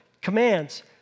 commands